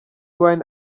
wine